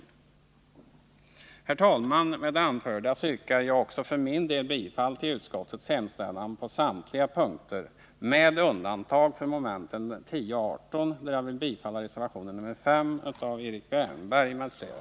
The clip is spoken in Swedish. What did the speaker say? Herr talman! Med det anförda yrkar jag också för min del bifall till utskottets hemställan på samtliga punkter med undantag för momenten 10 och 18, där jag vill bifalla reservationen 5 av Erik Wärnberg m.fl.